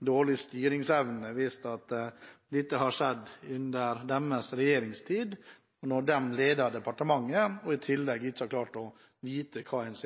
dårlig styringsevne hvis dette har skjedd under deres regjeringstid og da de ledet departementet, og man i tillegg ikke har klart å vite hva ens